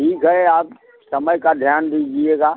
ठीक है आप समय का ध्यान दीजिएगा